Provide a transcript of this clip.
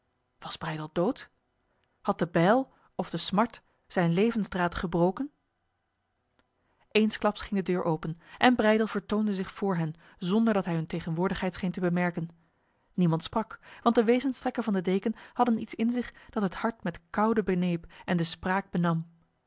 breydel dood had de bijl of de smart zijn levensdraad gebroken eensklaps ging de deur open en breydel vertoonde zich voor hen zonder dat hij hun tegenwoordigheid scheen te bemerken niemand sprak want de wezenstrekken van de deken hadden iets in zich dat het hart met koude beneep en de spraak benam